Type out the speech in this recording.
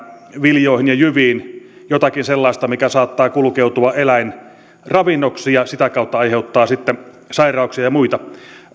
viljoihin ja jyviin jotakin sellaista mikä saattaa kulkeutua eläinravinnoksi ja sitä kautta aiheuttaa sairauksia ja muita